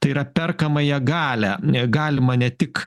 tai yra perkamąją galią galima ne tik